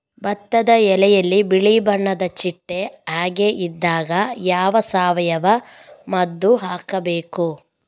ಭತ್ತದ ಎಲೆಯಲ್ಲಿ ಬಿಳಿ ಬಣ್ಣದ ಚಿಟ್ಟೆ ಹಾಗೆ ಇದ್ದಾಗ ಯಾವ ಸಾವಯವ ಮದ್ದು ಹಾಕಬೇಕು?